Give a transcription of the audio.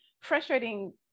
frustrating